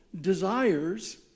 desires